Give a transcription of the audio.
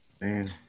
Man